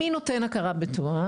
מי נותן הכרה בתואר?